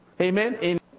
Amen